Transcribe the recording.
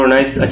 Nice